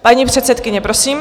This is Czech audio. Paní předsedkyně, prosím.